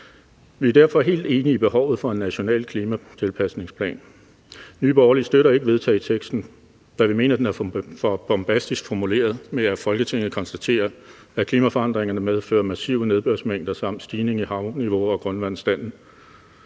Vi er derfor helt enige i behovet for en national klimatilpasningsplan. Nye Borgerlige støtter ikke forslaget til vedtagelse, da vi mener, at det er for bombastisk formuleret med, at Folketinget konstaterer, at klimaforandringerne medfører massive nedbørsmængder samt stigning i havniveauet og grundvandsstanden.